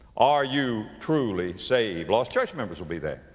are you truly saved? lost church members will be there.